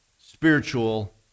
spiritual